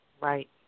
right